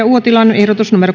uotilan ehdotus